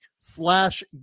slash